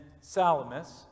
Salamis